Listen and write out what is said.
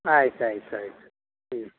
ಆಯ್ತು ಆಯ್ತು ಆಯ್ತು ಹ್ಞ್